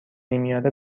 نمیاره